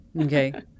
okay